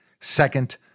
Second